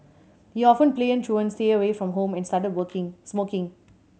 he often played truant stayed away from home and started working smoking